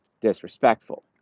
disrespectful